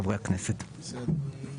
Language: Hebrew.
ולאחר סעיף (ב1)(1)(ב) יבוא סעיף (ב1)(1)(ג)